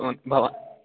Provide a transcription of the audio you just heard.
उ भवा